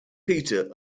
peter